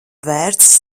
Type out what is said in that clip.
vērts